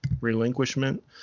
relinquishment